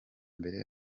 mbere